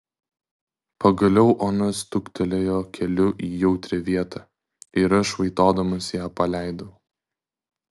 pagaliau ona stuktelėjo keliu į jautrią vietą ir aš vaitodamas ją paleidau